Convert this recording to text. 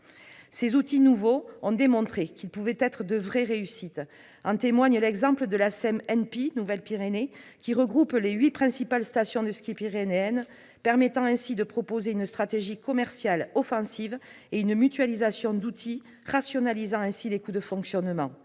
Ces outils nouveaux ont démontré qu'ils pouvaient être de vraies réussites, en témoigne l'exemple de la SEM N'Py, pour « Nouvelles Pyrénées », qui, regroupant les huit principales stations de ski pyrénéennes, permet de mener une stratégie commerciale offensive et de mutualiser certains outils, donc de rationaliser les coûts de fonctionnement.